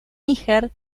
níger